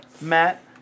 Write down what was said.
Matt